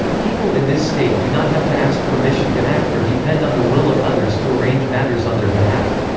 people in this state do not have to ask permission to act or depend on the will of others to arrange matters on their behalf.